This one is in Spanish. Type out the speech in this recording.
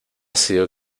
sido